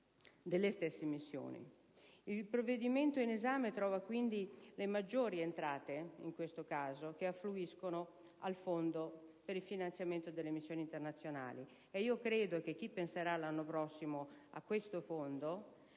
Il provvedimento in esame trova quindi maggiori entrate, in questo caso, che affluiscono al Fondo per il finanziamento delle missioni internazionali e credo che chi penserà l'anno prossimo a questo Fondo